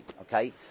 okay